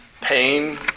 pain